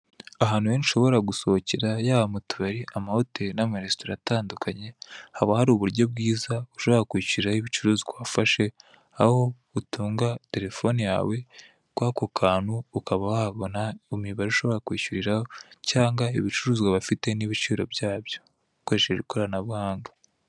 Ahantu henshi ushobora gusohokera yaba mu tubari, amahoteri n'amaresitora atandukanye haba hari uburyo bwiza ushobora kwishyuraho ibicuruzwa wafashe, aho utunga telefone yawe kw'ako kantu ukaba wabona imibare ushobora kwishyuriraho cyangwa ibicuruzwa bafite n'ibiciro byabyo ukoresheje ikoranabuhanga.